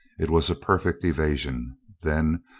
it was a perfect evasion. then,